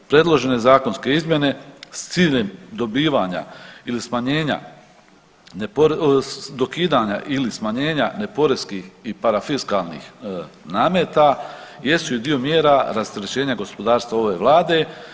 Predložene zakonske izmjene s ciljem dobivanja ili smanjenja dokidanja ili smanjenja ne poreskih i parafiskalnih nameta jesu i dio mjera rasterećenja gospodarstva ove Vlade.